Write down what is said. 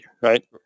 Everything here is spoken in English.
right